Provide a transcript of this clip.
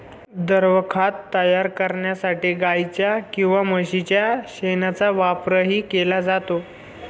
द्रवखत तयार करण्यासाठी गाईच्या किंवा म्हशीच्या शेणाचा वापरही केला जातो